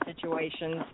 situations